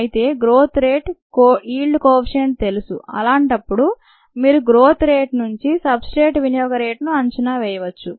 అయితే growth rate yield coefficient తెలుసు అలాంటప్పుడు మీరు గ్రోత్ రేట్ నుంచి సబ్ స్ట్రేట్ వినియోగ రేటును అంచనా వేయవచ్చు